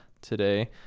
today